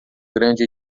grande